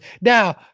now